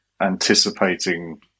anticipating